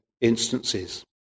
instances